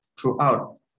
throughout